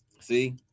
See